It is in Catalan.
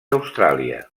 austràlia